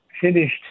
finished